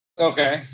Okay